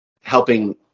helping